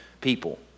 people